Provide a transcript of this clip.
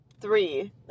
three